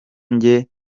njye